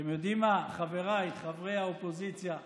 אתם יודעים מה, חבריי חברי האופוזיציה?